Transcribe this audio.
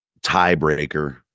tiebreaker